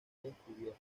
descubierta